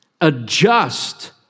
adjust